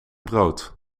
brood